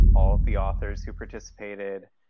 all of the authors who participated,